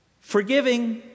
forgiving